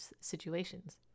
situations